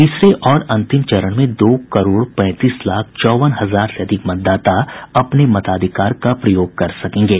तीसरे और अंतिम चरण में दो करोड़ पैंतीस लाख चौवन हजार से अधिक मतदाता अपने मताधिकार का प्रयोग करेंगे